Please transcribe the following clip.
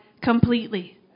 completely